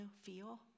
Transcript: feel